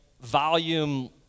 volume